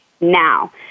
now